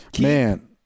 Man